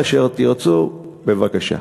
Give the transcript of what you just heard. ככל אשר תרצו, בבקשה.